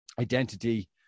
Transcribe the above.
identity